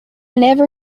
never